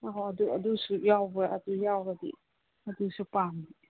ꯑꯣ ꯑꯗꯨꯁꯨ ꯌꯥꯎꯕ꯭ꯔ ꯑꯗꯨ ꯌꯥꯎꯔꯗꯤ ꯑꯗꯨꯁꯨ ꯄꯥꯝꯃꯦ